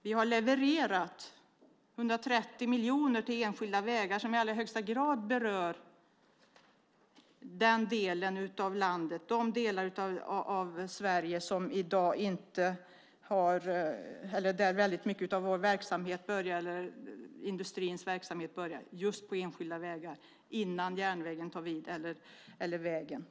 Vi har levererat 130 miljoner kronor till enskilda vägar. I allra högsta grad berörs de delar av Sverige där väldigt mycket av industrins verksamhet börjar. Det handlar alltså om just enskilda vägar - innan järnvägen eller vägen tar vid.